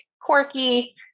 quirky